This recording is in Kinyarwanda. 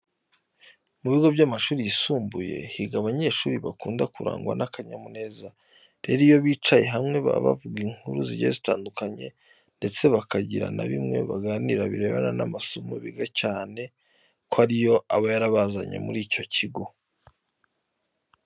Mu bigo by'amashuri yisumbuye higa abanyeshuri bakunda kurangwa n'akanyamuneza. Rero, iyo bicaye hamwe baba bavuga inkuru zigiye zitandukanye ndetse bakagira na bimwe baganira birebana n'amasomo biga cyane ko ari yo aba yarabazanye muri icyo kigo.